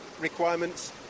requirements